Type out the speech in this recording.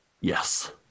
Yes